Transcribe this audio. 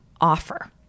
offer